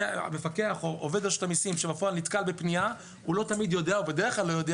המפקח או עובד רשות המיסים שנתקל בפנייה בדרך כלל לא יודע